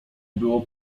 było